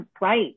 right